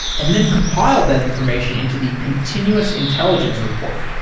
and then compiled that information into the continuous intelligence report,